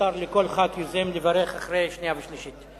מותר לכל חבר כנסת יוזם לברך אחרי קריאה שנייה וקריאה שלישית.